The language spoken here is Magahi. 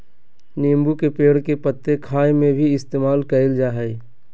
नींबू के पेड़ के पत्ते खाय में भी इस्तेमाल कईल जा हइ